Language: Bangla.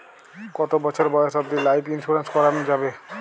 কতো বছর বয়স অব্দি লাইফ ইন্সুরেন্স করানো যাবে?